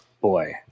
boy